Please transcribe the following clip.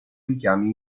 richiami